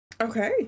Okay